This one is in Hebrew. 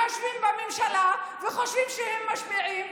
יושבים בממשלה וחושבים שהם משפיעים,